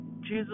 Jesus